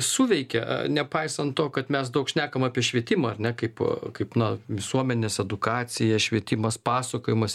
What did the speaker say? suveikia nepaisant to kad mes daug šnekam apie švietimą ar ne kaip kaip na visuomenės edukacija švietimas pasakojimas